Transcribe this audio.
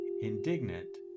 indignant